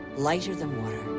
lighter than water,